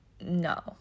no